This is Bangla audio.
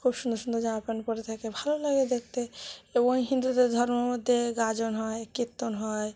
খুব সুন্দর সুন্দর জামা প্যান্ট পরে থাকে ভালো লাগে দেখতে এবং ওই হিন্দুদের ধর্মের মধ্যে গাজন হয় কীর্তন হয়